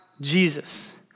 Jesus